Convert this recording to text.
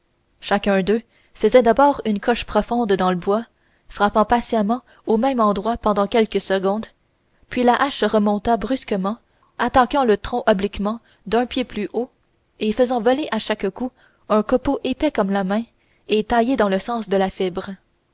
chacun d'eux faisait d'abord une coche profonde dans le bois frappant patiemment au même endroit pendant quelques secondes puis la hache remonta brusquement attaquant le tronc obliquement un pied plus haut et faisant voler à chaque coup un copeau épais comme la main et taillé dans le sens de la fibre